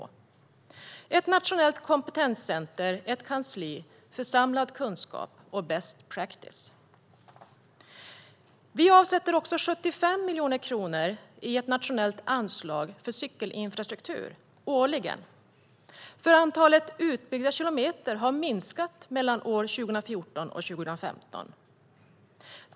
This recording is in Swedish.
Vi vill alltså ha ett nationellt kompetenscenter - ett kansli - för samlad kunskap och best practice. Vi avsätter också 75 miljoner kronor årligen i ett nationellt anslag för cykelinfrastruktur. Antalet utbyggda kilometer har nämligen minskat mellan 2014 och 2015.